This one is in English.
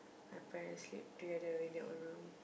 my parents sleep together in their own room